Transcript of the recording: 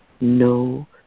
no